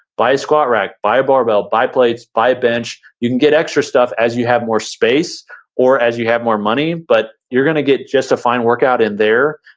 buy a squat rack, buy a barbell, buy plates, buy a bench. you can get extra stuff as you have more space or as you have more money, but you're gonna get just a fine workout in there.